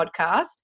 podcast